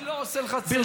אני לא עושה לך צנזורה.